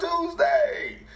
Tuesday